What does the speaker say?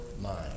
mind